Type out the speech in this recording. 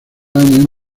año